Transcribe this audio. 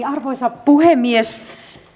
arvoisa puhemies